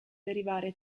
derivare